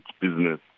business